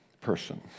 person